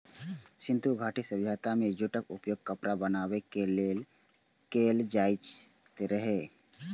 सिंधु घाटी सभ्यता मे जूटक उपयोग कपड़ा बनाबै लेल कैल जाइत रहै